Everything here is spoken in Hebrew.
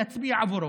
נצביע בעבורה.